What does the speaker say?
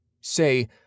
say